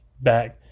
back